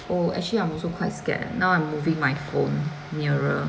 oh actually I'm also quite scared leh now I'm moving my phone nearer